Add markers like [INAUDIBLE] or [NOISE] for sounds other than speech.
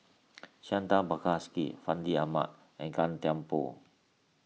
[NOISE] Santha Bhaskar Fandi Ahmad and Gan Thiam Poh